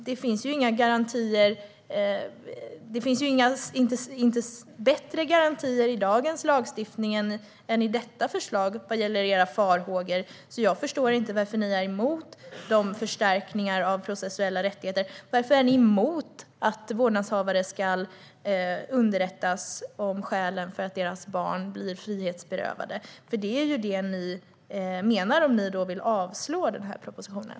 Vad gäller era farhågor finns det inte bättre garantier i dagens lagstiftning än i detta förslag, så jag förstår inte varför ni är emot dessa förstärkningar av de processuella rättigheterna. Varför är ni emot att vårdnadshavare ska underrättas om skälen till att deras barn blir frihetsberövade? Det är ju det ni menar om ni vill avslå propositionen.